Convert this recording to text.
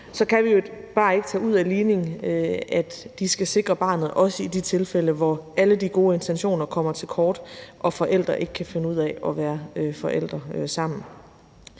kan vi jo bare ikke tage ud af ligningen, at de skal sikre barnet også i de tilfælde, hvor alle de gode intentioner kommer til kort og forældre ikke kan finde ud af at være forældre sammen.